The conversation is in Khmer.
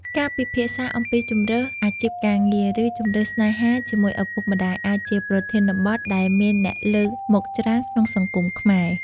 ការពិភាក្សាអំពីជម្រើសអាជីពការងារ ឬជម្រើសស្នេហាជាមួយឪពុកម្ដាយ អាចជាប្រធានបទដែលមានអ្នកលើកមកច្រើនក្នុងសង្គមខ្មែរ។